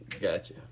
Gotcha